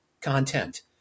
content